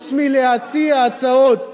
שחוץ מלהציע הצעות,